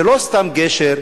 זה לא סתם גשר,